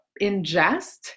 ingest